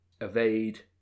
evade